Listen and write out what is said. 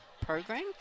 program